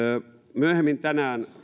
myöhemmin tänään